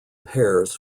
pairs